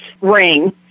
ring